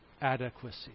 adequacy